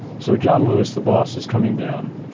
so, john lewis, the boss is coming down,